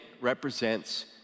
represents